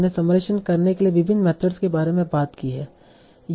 हमने समराइजेशन करने के विभिन्न मेथड्स के बारे में बात की है